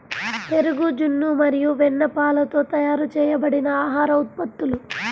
పెరుగు, జున్ను మరియు వెన్నపాలతో తయారు చేయబడిన ఆహార ఉత్పత్తులు